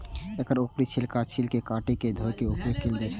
एकर ऊपरी छिलका के छील के काटि के धोय के उपयोग कैल जाए छै